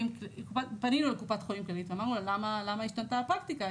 פנינו לקופת חולים כללית ושאלנו למה השתנתה הפרקטיקה.